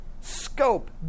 scope